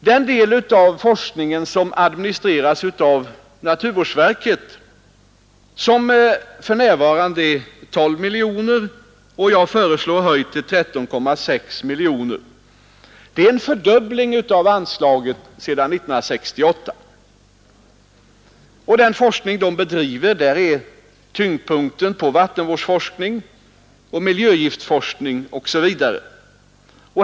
Den del av forskningen som administreras av naturvårdsverket kostar för närvarande 12 miljoner, och jag föreslår en höjning till 13,6 miljoner. Det innebär en fördubbling av anslagen sedan år 1968. I den forskning naturvårdsverket bedriver ligger tyngdpunkten på vattenvårdsforskning, miljögiftsforskning osv.